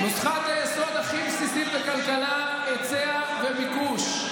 נוסחת היסוד הכי בסיסית בכלכלה: היצע וביקוש.